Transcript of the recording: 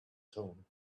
tone